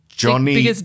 Johnny